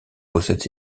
possèdent